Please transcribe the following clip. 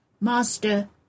Master